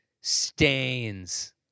stains